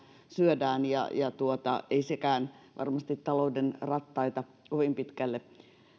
syödään ostovoimaa ja ei sekään varmasti talouden rattaita kovin pitkälle